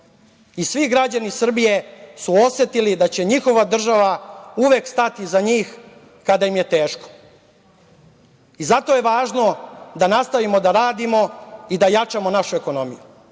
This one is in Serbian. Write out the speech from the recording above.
i svi građani Srbije su osetili da će njihova država uvek stati za njih kada im je teško. Zato je važno da nastavimo da radimo i da jačamo našu ekonomiju.